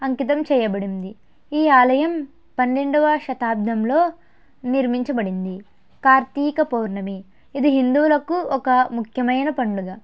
అంకితం చేయబడింది ఈ ఆలయం పన్నెండువ శతాబ్ధంలో నిర్మించబడింది కార్తీక పౌర్ణమి ఇది హిందువులకు ఒక ముఖ్యమైన పండుగ